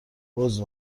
عذر